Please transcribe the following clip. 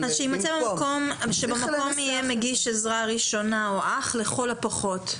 --- אז שבמקום יהיה מגיש עזרה ראשונה או אח לכול הפחות.